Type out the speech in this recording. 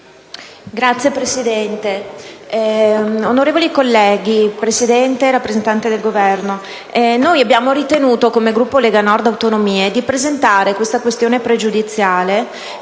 Signor Presidente, onorevoli colleghi, signori rappresentanti del Governo, abbiamo ritenuto, come Gruppo Lega Nord-Autonomie, di presentare la questione pregiudiziale